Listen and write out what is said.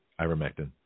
ivermectin